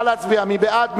מי בעד?